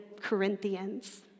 Corinthians